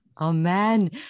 amen